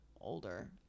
older